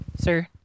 sir